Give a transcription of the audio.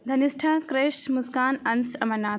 Dhanishtha Krish Muskan Ansh Amarnath